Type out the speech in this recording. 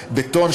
בטון,